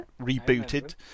rebooted